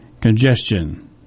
congestion